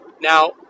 Now